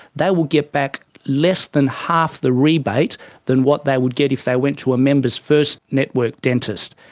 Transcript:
they will get back less than half the rebate than what they would get if they went to a members first network dentist,